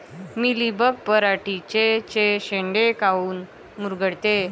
Mealybug पराटीचे चे शेंडे काऊन मुरगळते?